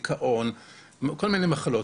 דיכאון וכל מיני מחלות.